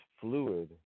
fluid